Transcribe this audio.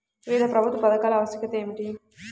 వివిధ ప్రభుత్వ పథకాల ఆవశ్యకత ఏమిటీ?